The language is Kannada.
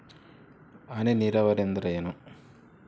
ಹನಿ ನೇರಾವರಿ ಎಂದರೇನು?